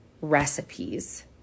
recipes